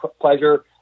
pleasure